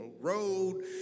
road